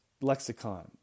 lexicon